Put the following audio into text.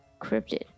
cryptid